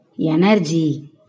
energy